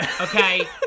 Okay